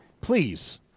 please